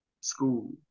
school